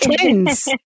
twins